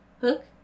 Hook